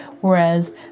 whereas